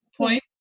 point